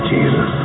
Jesus